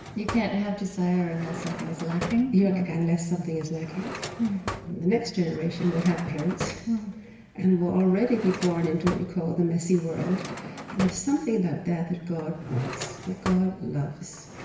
you can't have desire unless something is lacking? yeah unless something is lacking. the next generation will have parents and will already be born into what you call the messy world and there's something about that that god wants, that god loves,